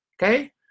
Okay